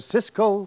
Cisco